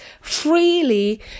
freely